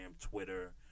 twitter